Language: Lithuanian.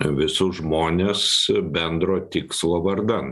visus žmones bendro tikslo vardan